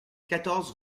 quatorze